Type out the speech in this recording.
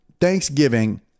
Thanksgiving